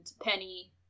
Penny